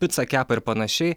picą kepa ir panašiai